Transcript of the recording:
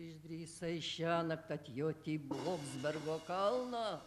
išdrįsai šiąnakt atjoti į blogzbergo kalną